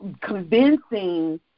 convincing